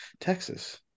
Texas